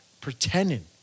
pretending